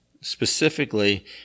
specifically